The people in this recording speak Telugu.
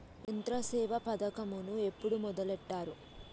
యంత్రసేవ పథకమును ఎప్పుడు మొదలెట్టారు?